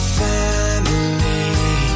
family